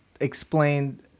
explain